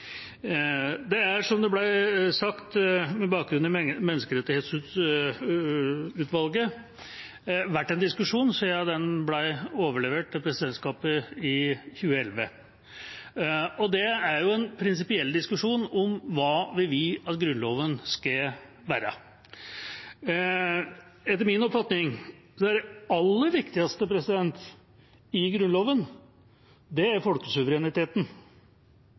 har – som det ble sagt – med bakgrunn i Menneskerettighetsutvalgets rapport vært en diskusjon siden den ble overlevert presidentskapet i 2011. Det er en prinsipiell diskusjon om hva vi vil at Grunnloven skal være. Etter min oppfatning er det aller viktigste i Grunnloven folkesuvereniteten. Men så er det